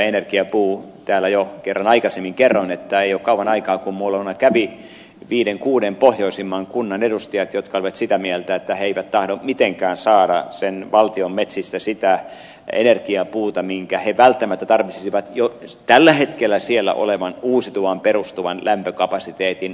täällä jo kerran aikaisemmin kerroin että ei ole kauan aikaa siitä kun minun luonani kävivät viiden kuuden pohjoisimman kunnan edustajat jotka olivat sitä mieltä että he eivät tahdo mitenkään saada valtion metsistä sitä energiapuuta minkä he välttämättä tarvitsisivat jo tällä hetkellä siellä olevan uusiutuvaan perustuvan lämpökapasiteetin ruokkimiseksi